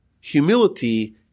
humility